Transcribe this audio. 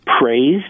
praised